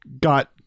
Got